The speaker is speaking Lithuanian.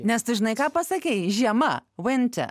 nes tu žinai ką pasakei žiema winter